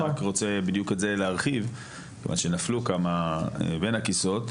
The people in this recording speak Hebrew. אני רק רוצה בדיוק את זה להרחיב כיוון שנפלו כמה בין הכיסאות.